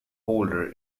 holder